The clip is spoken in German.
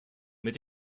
mit